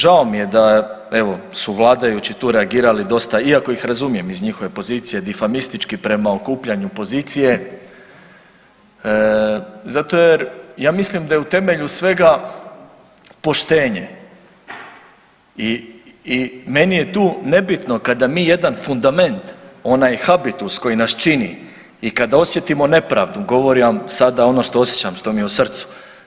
Žao mi je da, evo, su vladajući tu reagirali dosta, iako ih razumijem, iz njihove pozicije difamistički prema okupljanju pozicije, zato jer ja mislim da je u temelju svega poštenje i meni je tu nebitno kada mi jedan fundament, onaj habitus koji nas čini i kada osjetimo nepravdu, govorim vam sada ono što osjećam, što mi je u srcu.